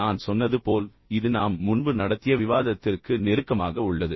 நான் சொன்னது போல் இது நாம் முன்பு நடத்திய விவாதத்திற்கு நெருக்கமாக உள்ளது